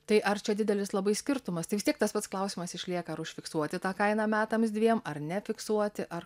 tai ar čia didelis labai skirtumas tai vis tiek tas pats klausimas išlieka ar užfiksuoti tą kainą metams dviem ar nefiksuoti ar